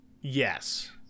Yes